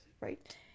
right